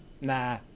nah